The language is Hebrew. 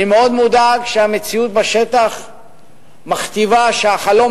אני מאוד מודאג שהמציאות בשטח מכתיבה שהחלום